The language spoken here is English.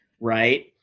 right